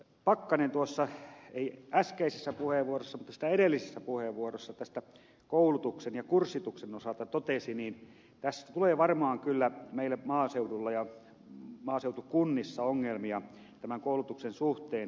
pakkanen tuossa ei äskeisessä puheenvuorossaan mutta sitä edellisessä puheenvuorossaan koulutuksen ja kurssituksen osalta totesi tulee varmaan kyllä meille maaseudulla ja maaseutukunnissa ongelmia tämän koulutuksen suhteen